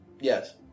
Yes